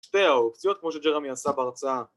שתי האופציות כמו שג'רמי עשה בהרצאה